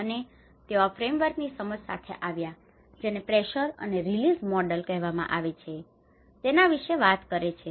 અને તેઓ આ ફ્રેમવર્કની સમજ સાથે આવ્યા છે જેને પ્રેશર અને રીલીઝ મોડેલ કહેવામાં આવે છે તેના વિશે વાત કરે છે